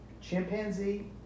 chimpanzee